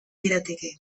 lirateke